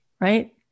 right